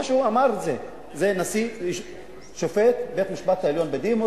מי שאמר את זה הוא שופט בית-משפט העליון בדימוס,